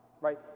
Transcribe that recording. right